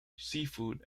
seafood